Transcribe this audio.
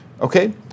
Okay